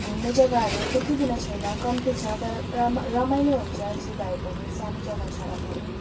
घुम्ने जग्गाहरू त्यति बिना छैन कम्ती छ तर राम रमाइलो हुन्छ जे भए पनि सानो जग्गा छ र पनि